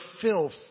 filth